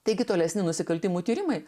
taigi tolesni nusikaltimų tyrimai